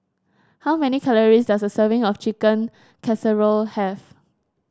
how many calories does a serving of Chicken Casserole have